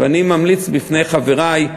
ואני ממליץ בפני חברי,